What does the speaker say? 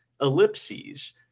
ellipses